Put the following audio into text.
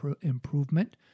improvement